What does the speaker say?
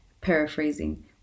paraphrasing